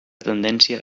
tendència